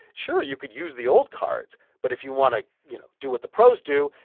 sure, you could use the old cards, but if you want to, you know, do what the pros do,